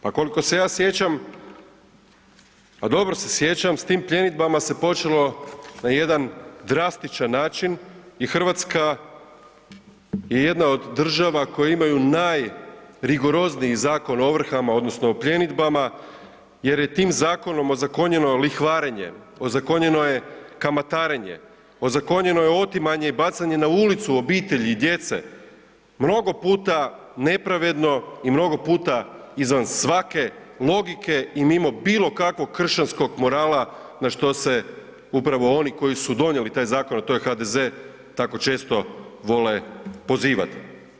Pa koliko se ja sjećam, a dobro se sjećam, s tim pljenidbama se počelo na jedan drastičan način i RH je jedna od država koje imaju najrigorozniji Zakon o ovrhama odnosno o pljenidbama jer je tim zakonom ozakonjeno lihvarenje, ozakonjeno je kamatarenje, ozakonjeno je otimanje i bacanje na ulicu obitelji i djece, mnogo puta nepravedno i mnogo puta izvan svake logike i mimo bilo kakvog kršćanskog morala na što se upravo oni koji su donijeli taj zakon, a to je HDZ, tako često vole pozivati.